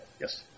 Yes